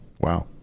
Wow